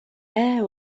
air